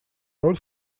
роль